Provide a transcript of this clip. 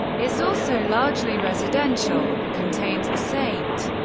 is also largely residential it contains the st.